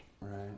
Right